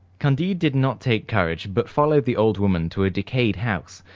candide did not take courage, but followed the old woman to a decayed house,